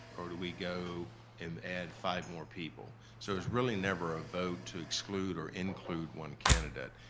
or do we go and add five more people? so it's really never a vote to exclude or include one candidate.